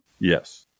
Yes